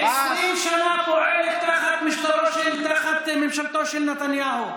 והעמותה הזאת 20 שנה פועלת תחת ממשלתו של נתניהו.